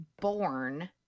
born